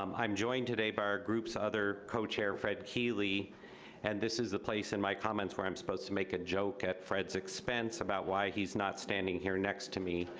um i'm joined today by our group's other co-chair fred keeley and this is the place in my comments where i'm supposed to make a joke at fred's expense about why he's not standing here next to me,